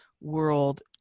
world